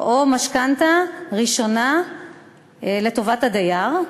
או משכנתה ראשונה לטובת הדייר,